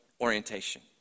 orientation